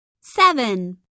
seven